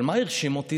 אבל מה הרשים אותי?